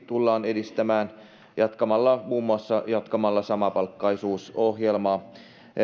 tullaan edistämään jatkamalla muun muassa samapalkkaisuusohjelmaa